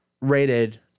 rated